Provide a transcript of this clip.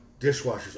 dishwashers